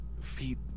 feet